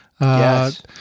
Yes